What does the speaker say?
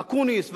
אקוניס,